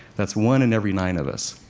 that's one in every nine of us.